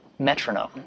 metronome